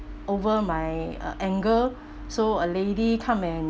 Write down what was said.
over my uh ankle so a lady come and